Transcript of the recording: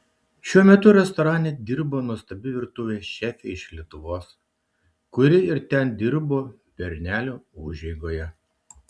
šiuo metu restorane dirba nuostabi virtuvės šefė iš lietuvos kuri ir ten dirbo bernelių užeigoje